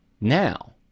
now